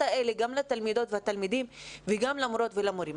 האלה גם לתלמידות והתלמידים וגם למורות ולמורים.